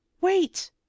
wait